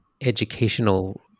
educational